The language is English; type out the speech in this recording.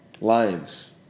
Lions